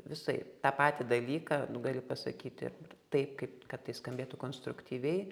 visaip tą patį dalyką nu gali pasakyti taip kaip kad tai skambėtų konstruktyviai